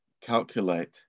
calculate